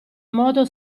modo